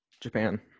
Japan